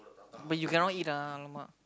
but you cannot eat lah !alamak!